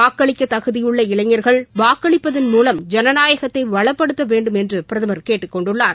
வாக்களிக்க தகுதியுள்ள இளைஞர்கள் வாக்களிப்பதன் மூலம் ஜனநாயகத்தை வளப்படுத்த வேண்டும் என்று பிரதமர் கேட்டுக்கொண்டுள்ளார்